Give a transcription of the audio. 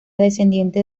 descendiente